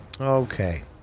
Okay